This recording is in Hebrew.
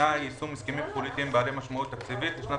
שעניינה יישום הסכמים פוליטיים בעלי משמעות תקציבית לשנת